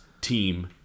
team